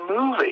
movie